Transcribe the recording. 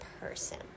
person